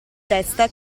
testa